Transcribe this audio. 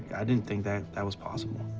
i didn't think that that was possible.